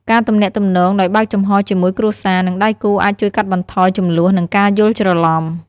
ការទំនាក់ទំនងដោយបើកចំហជាមួយគ្រួសារ និងដៃគូអាចជួយកាត់បន្ថយជម្លោះ និងការយល់ច្រឡំ។